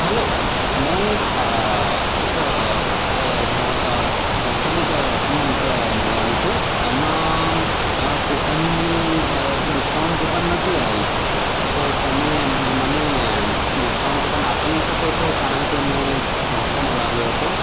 હાલો મેં એક એક ઢો ઢોંસાની એક આપની એક મંગાવ્યું હતું એમાં કૂપનની એક ડિસ્કાઉન્ટ કૂપન નહોતી આવી તો તમે મને ડિસ્કાઉન્ટ કૂપન આપી શકો છો કારણ કે મે ઢોંસો મંગાવ્યો હતો